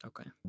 Okay